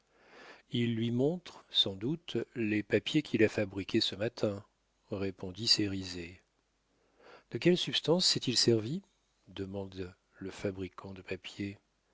il lui montre sans doute les papiers qu'il a fabriqués ce matin répondit cérizet de quelles substances s'est-il servi demanda le fabricant de papier